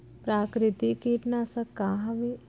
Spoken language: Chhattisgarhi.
प्राकृतिक कीटनाशक का हवे?